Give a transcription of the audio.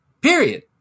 Period